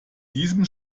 diesem